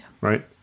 right